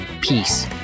Peace